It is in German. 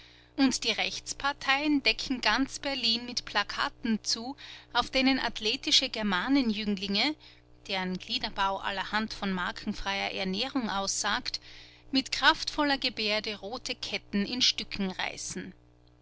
und die rechtsparteien decken ganz berlin mit plakaten zu auf denen athletische germanenjünglinge deren gliederbau allerhand von markenfreier ernährung aussagt mit kraftvoller gebärde rote ketten in stücken reißen